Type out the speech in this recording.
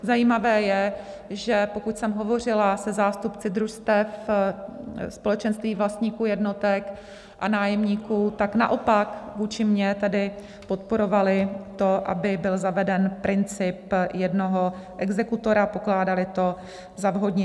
Zajímavé je, že pokud jsem hovořila se zástupci družstev, společenství vlastníků jednotek a nájemníků, tak naopak vůči mně podporovali to, aby byl zaveden princip jednoho exekutora, pokládali to za vhodnější.